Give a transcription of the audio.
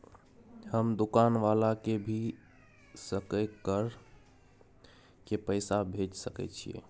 हम दुकान वाला के भी सकय कर के पैसा भेज सके छीयै?